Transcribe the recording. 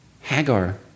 Hagar